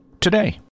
Today